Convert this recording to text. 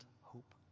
hope